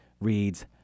reads